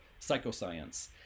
psychoscience